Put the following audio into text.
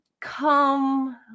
come